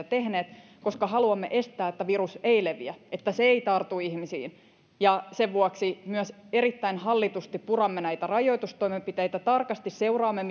tehneet koska haluamme että virus ei leviä että se ei tartu ihmisiin sen vuoksi myös erittäin hallitusti puramme näitä rajoitustoimenpiteitä tarkasti seuraamme